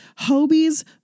Hobie's